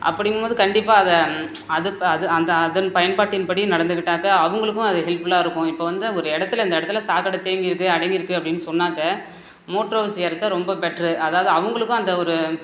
அப்படிங்கும்போது கண்டிப்பாக அதை அது இப்போ அது அந்த அதன் பயன்பாட்டின் படி நடந்துக்கிட்டாக்க அவங்களுக்கும் அது ஹெல்ப்ஃபுல்லாக இருக்கும் இப்போ வந்து ஒரு இடத்துல இந்த இடத்துல சாக்கடை தேங்கியிருக்கு அடங்கியிருக்கு அப்படின்னு சொன்னாக்க மோட்டரோ வச்சி எரிச்சால் ரொம்ப பெட்டரு அதாவது அவங்களுக்கும் அந்த ஒரு